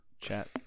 chat